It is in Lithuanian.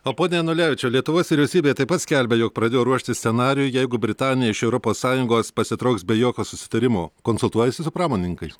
o pone janulevičiau lietuvos vyriausybė taip pat skelbia jog pradėjo ruoštis scenarijui jeigu britanija iš europos sąjungos pasitrauks be jokio susitarimo konsultuojasi su pramonininkais